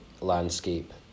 landscape